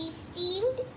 steamed